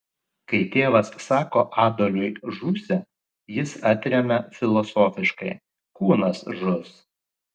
kai tėvas sako adoliui žūsi jis atremia filosofiškai kūnas žus